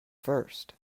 first